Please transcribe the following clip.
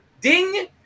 ding